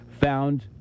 found